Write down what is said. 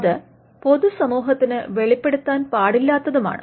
അത് പൊതുസമൂഹത്തിന് വെളിപ്പെടുത്താൻ പാടില്ലാത്തതുമാണ്